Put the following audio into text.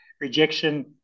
rejection